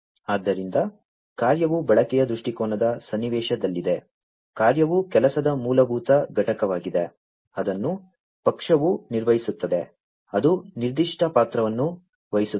ಆದ್ದರಿಂದ ಕಾರ್ಯವು ಬಳಕೆಯ ದೃಷ್ಟಿಕೋನದ ಸನ್ನಿವೇಶದಲ್ಲಿದೆ ಕಾರ್ಯವು ಕೆಲಸದ ಮೂಲಭೂತ ಘಟಕವಾಗಿದೆ ಅದನ್ನು ಪಕ್ಷವು ನಿರ್ವಹಿಸುತ್ತದೆ ಅದು ನಿರ್ದಿಷ್ಟ ಪಾತ್ರವನ್ನು ವಹಿಸುತ್ತದೆ